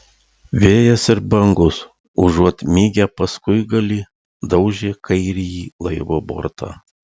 vėjas ir bangos užuot mygę paskuigalį daužė kairįjį laivo bortą